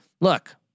look